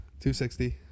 260